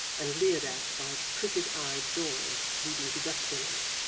and leered at by crooked-eyed doors leading to dustbins.